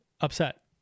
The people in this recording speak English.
upset